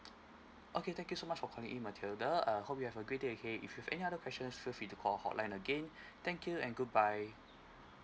okay thank you so much for calling in matheder uh hope you have a great day okay if you have any other questions feel free to call hotline again thank you and goodbye